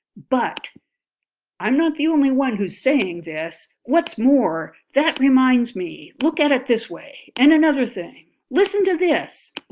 but i'm not the only one who's saying this, what's more, that reminds me, look at it this way, and another thing, listen to this,